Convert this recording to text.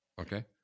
Okay